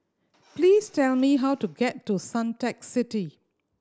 please tell me how to get to Suntec City